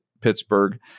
Pittsburgh